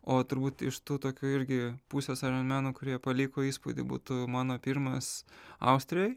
o turbūt iš tų tokių irgi pusės aironmenų kurie paliko įspūdį būtų mano pirmas austrijoj